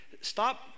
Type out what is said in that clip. stop